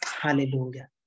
hallelujah